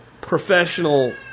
professional